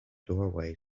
doorway